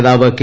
നേതാവ് കെ